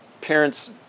parents